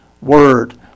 Word